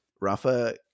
rafa